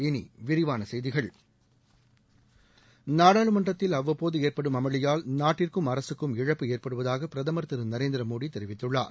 இனி விரிவான செய்திகள் நாடாளுமன்றத்தில் அவ்வபோது ஏற்படும் அமளியால் நாட்டிற்கும் அரசுக்கும் இழப்பு ஏற்படுவதாக பிரதமர் திரு நரேந்திர மோடி தெரிவித்துள்ளார்